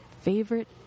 Favorite